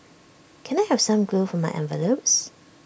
can I have some glue for my envelopes